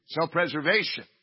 self-preservation